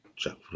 Jack